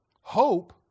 Hope